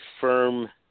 firm